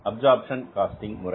absorption casting முறை